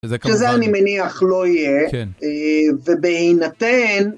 זה אני מניח לא יהיה ובהינתן.